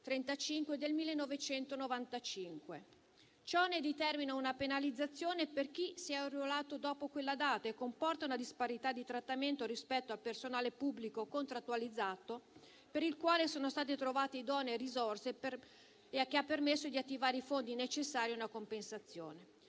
dalla legge n. 335 del 1995. Ciò determina una penalizzazione per chi si è arruolato dopo quella data e comporta una disparità di trattamento rispetto al personale pubblico contrattualizzato per il quale sono state trovate idonee risorse e ha permesso di attivare i fondi necessari a una compensazione.